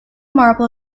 marble